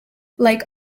like